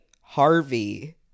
Harvey